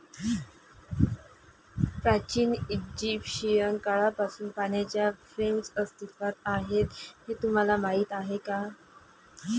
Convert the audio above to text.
प्राचीन इजिप्शियन काळापासून पाण्याच्या फ्रेम्स अस्तित्वात आहेत हे तुम्हाला माहीत आहे का?